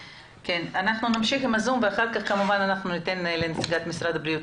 אנחנו נמשיך עם הזום ואחר כך ניתן לנציגת משרד הבריאות